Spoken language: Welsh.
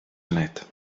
funud